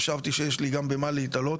חשבתי שיש לי גם במה להתעלות.